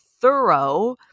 thorough